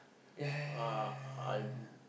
ya ya ya ya ya ya